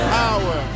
power